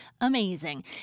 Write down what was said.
amazing